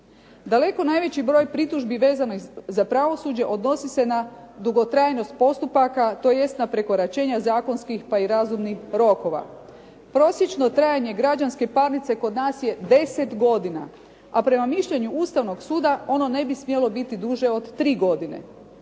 Daleko najveći broj pritužbi vezano za pravosuđe odnosi se na dugotrajnost postupaka, tj. na prekoračenja zakonskih pa i razumnih rokova. Prosječno trajanje građanske parnice kod nas je 10 godina, a prema mišljenju Ustavnog suda ono ne bi smjelo biti duže od 3 godine.